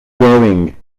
going